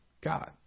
God